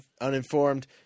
uninformed